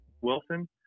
Wilson